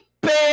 baby